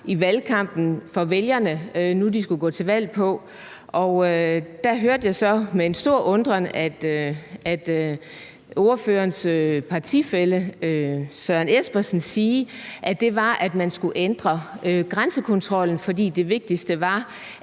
i valgkampen var for vælgerne, og der hørte jeg med stor undren ordførerens partifælle Søren Espersen sige, at det var, at man skulle ændre grænsekontrollen, for det vigtigste var,